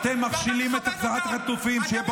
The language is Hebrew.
אתה מבזה את הכנסת, מבזה את